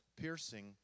Piercing